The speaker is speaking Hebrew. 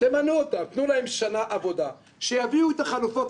תמנו אותם, תנו להם שנה עבודה, שיביאו את החלופות.